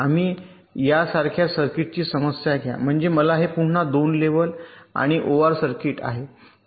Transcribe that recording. आम्ही यासारख्या सर्किटची समस्या घ्या म्हणजे मला हे पुन्हा 2 लेव्हल आणि ओआर सर्किट आहे